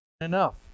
Enough